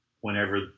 whenever